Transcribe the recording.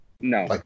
No